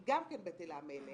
היא גם כן בטלה מאליה,